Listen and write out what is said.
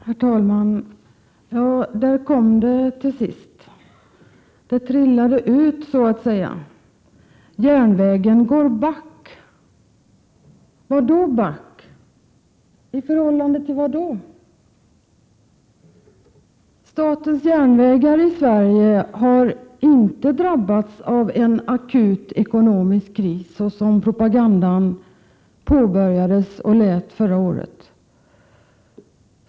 Herr talman! Ja, där kom det till sist. Det trillade så att säga ut att järnvägen går back. Back, i förhållande till vad? Statens järnvägar i Sverige har inte drabbats av en akut ekonomisk kris, så som propagandan påbörjades och lät förra året.